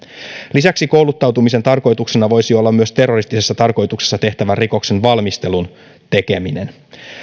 lisäksi kouluttautumisen tarkoituksena voisi olla myös terroristisessa tarkoituksessa tehtävän rikoksen valmistelun tekeminen